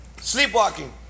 Sleepwalking